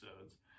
episodes